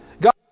God